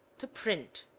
to print